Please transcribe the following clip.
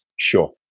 Sure